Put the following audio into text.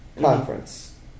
conference